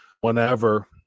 whenever